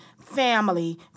family